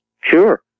Sure